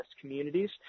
communities